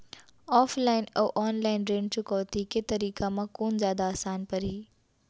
Offline अऊ online ऋण चुकौती के तरीका म कोन जादा आसान परही?